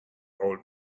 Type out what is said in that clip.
old